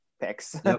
picks